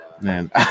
man